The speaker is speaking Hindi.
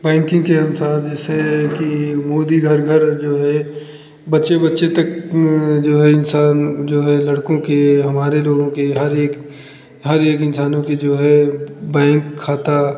बैंकिंग के अनुसार जैसे कि बहुत ही घर घर जो है बच्चे बच्चे तक जो है इंसान जो है लड़कों के हमारे लोगों के हर एक हर एक इंसानों के जो है बैंक खाता